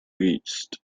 reached